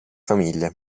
famiglia